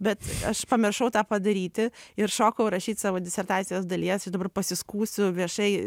bet aš pamiršau tą padaryti ir šokau rašyt savo disertacijos dalies čia dabar pasiskųsiu viešai